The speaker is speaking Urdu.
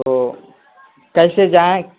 تو کیسے جائیں